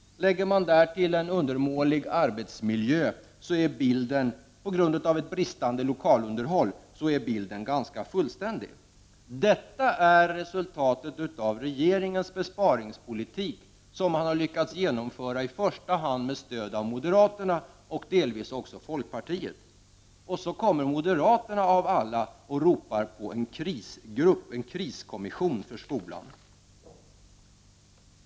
Lägger man därtill en undermålig arbetsmiljö, på grund av ett bristande lokalunderhåll, är bilden ganska fullständig. Detta är resultatet av regeringens besparingspolitik, som regeringen har lyckats genomföra i första hand med stöd av moderaterna och delvis med stöd av folkpartiet. I det läget kommer moderaterna av alla och ropar på en kriskommission för skolan.